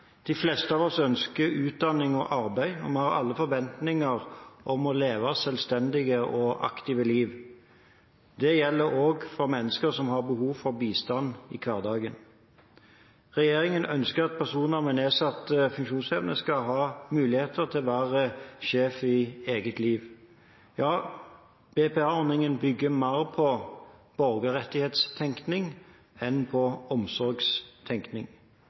De fleste av oss ønsker utdanning og arbeid, og vi har alle forventninger om å leve et selvstendig og aktivt liv. Det gjelder òg for mennesker som har behov for bistand i hverdagen. Regjeringen ønsker at personer med nedsatt funksjonsevne skal ha muligheter til å være sjef i eget liv. Ja, BPA-ordningen bygger mer på borgerrettighetstenkning enn på omsorgstenkning.